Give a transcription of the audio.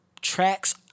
tracks